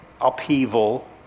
upheaval